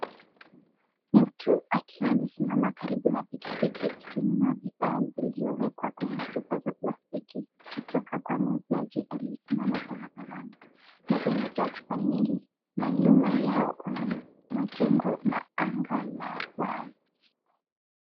Mtu akiwa amesimama karibu na pikipiki akinunua bidhaa zilizowekwa kwenye chupa ya plastiki kutoka kwa muuzaji aliyesimama barabarani meza imejaa chupa nyingi na nyuma yao kuna majengo na anga la wazi.